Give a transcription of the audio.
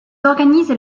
organisent